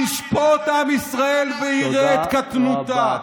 ישפוט עם ישראל ויראה את קטנותה.